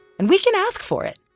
and we can ask for it!